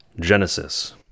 Genesis